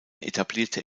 etablierte